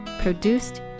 produced